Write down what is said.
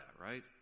right